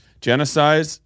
genocide